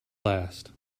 last